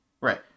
Right